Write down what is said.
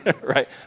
Right